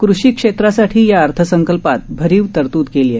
कृषी क्षेत्रासाठी या अर्थसंकल्पात भरीव तरतूद केली आहे